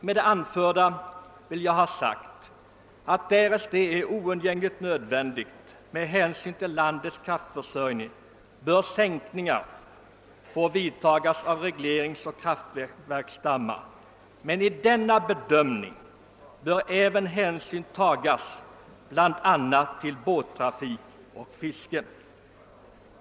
Med det anförda vill jag ha sagt att sänkning av den nedre vattengränsen endast får företagas därest det är oundgängligen nödvändigt med hänsyn till landets kraftförsörjning, men i denna bedömning bör även stor hänsyn tagas till bl.a. båttrafik och fiske.